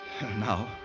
Now